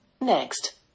Next